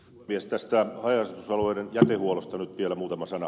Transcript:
tästä haja asutusalueiden jätehuollosta nyt vielä muutama sana